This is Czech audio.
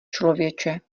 člověče